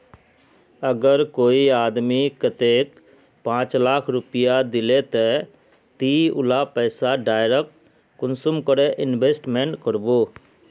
अगर कोई आदमी कतेक पाँच लाख रुपया दिले ते ती उला पैसा डायरक कुंसम करे इन्वेस्टमेंट करबो?